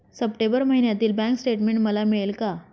September महिन्यातील bank statement मला मिळेल का?